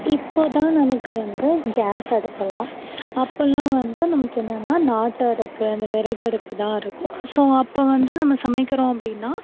இப்போது தான் நமக்கு வந்து கேஸ் அடுப்புலாம் அப்போலாம் வந்து நமக்கு என்னன்னா நாட்டு அடுப்பு அந்த விறகு அடுப்பு தான் இருக்கும் ஸோ அப்போ வந்து நம்ம சமைக்கிறோம் அப்படின்னா